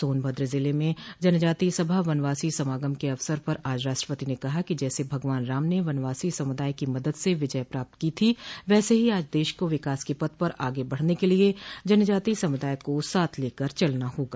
सोनभद्र जिले में जनजातीय सभा वनवासी समागम के अवसर पर आज राष्ट्रपति ने कहा कि जैसे भगवान राम ने वनवासी समुदाय की मदद से विजय प्राप्त की थी वैसे ही आज देश को विकास के पथ पर आगे बढ़ने के लिए जनजातीय समुदाय को साथ लेकर चलना हागा